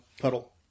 puddle